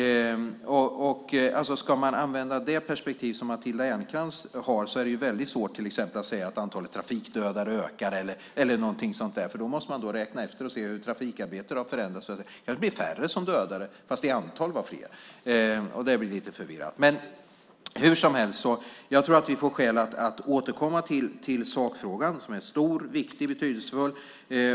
Om man ska använda det perspektiv som Matilda Ernkrans har är det väldigt svårt att säga att antalet trafikdödade ökar eftersom man då måste räkna efter och se hur trafikarbetet har förändrats. Det kanske är färre dödade fastän det i antal var fler. Det blir lite förvirrande. Men hur som helst tror jag att vi får skäl att återkomma till sakfrågan som är stor, viktig och betydelsefull.